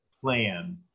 plan